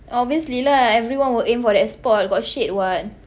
obviously lah everyone will aim for that spot got shade [what]